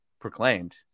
proclaimed